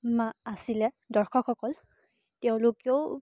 মা আছিলে দৰ্শকসকল তেওঁলোকেও